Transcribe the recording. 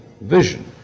vision